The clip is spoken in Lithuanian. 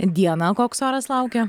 dieną koks oras laukia